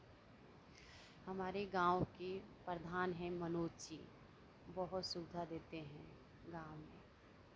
हमारी गांव की प्रधान है मनोज जी बहुत सुविधा देते हैं गांव में